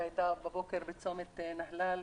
שהייתה בבוקר בצומת נהלל,